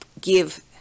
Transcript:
give